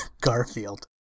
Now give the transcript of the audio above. Garfield